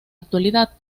actualidad